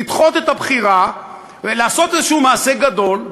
לדחות את הבחירה ולעשות איזשהו מעשה גדול,